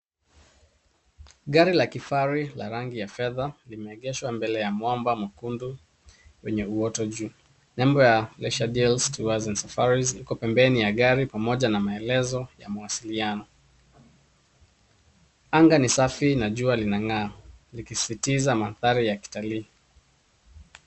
Gari la kifahari la rangi ya fedha limeegeshwa mbele ya mwamba mwekundu wenye uoto juu. Nembo ya Leisuredeals Tours and Safaris iko pembeni ya gari pamoja na maelezo ya mawasiliano. Anga ni safi na jua linang'aa likisisitiza mandhari ya kitalii.